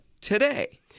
today